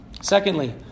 Secondly